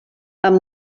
amb